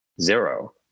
zero